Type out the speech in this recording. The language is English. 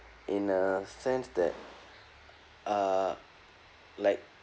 in a sense that uh like